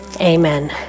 amen